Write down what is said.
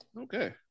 Okay